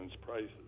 prices